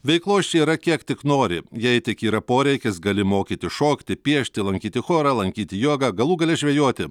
veiklos čia yra kiek tik nori jei tik yra poreikis gali mokytis šokti piešti lankyti chorą lankyti jogą galų gale žvejoti